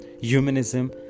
Humanism